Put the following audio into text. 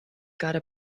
gotta